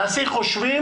תעשי חושבים.